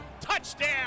Touchdown